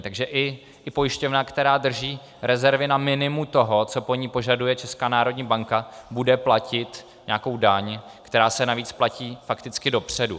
Takže i pojišťovna, která drží rezervy na minimu toho, co po ní požaduje Česká národní banka, bude platit nějakou daň, která se navíc platí fakticky dopředu.